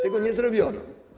Tego nie zrobiono.